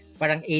Parang